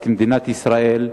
את מדינת ישראל,